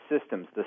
systems